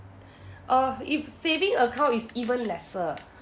uh if saving account is even lesser